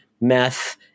meth